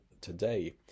today